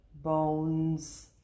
bones